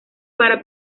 para